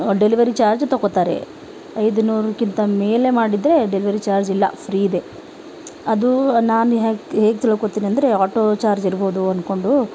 delivery charge ತಕೊತಾರೆ ಐದು ನೂರಕ್ಕಿಂತ ಮೇಲೆ ಮಾಡಿದರೆ ಡೆಲಿವರಿ ಚಾರ್ಜ್ ಇಲ್ಲ ಫ್ರೀ ಇದೆ ಅದೂ ನಾನು ಹೇಗ್ ಹೇಗೆ ತಿಳ್ಕೊತೀನಿ ಅಂದರೆ ಆಟೋ ಚಾರ್ಜ್ ಇರ್ಬೌದು ಅನ್ಕೊಂಡು